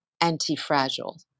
anti-fragile